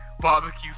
Barbecue